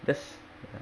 this ya